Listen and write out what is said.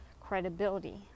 credibility